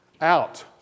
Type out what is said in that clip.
out